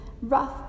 rough